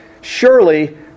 surely